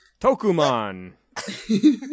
Tokuman